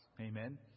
Amen